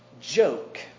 joke